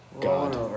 God